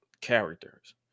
characters